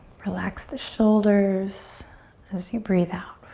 relax the shoulders as you breathe out.